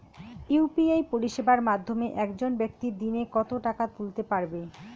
UPI পরিষেবার মাধ্যমে একজন ব্যাক্তি দিনে কত টাকা তুলতে পারবে?